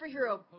superhero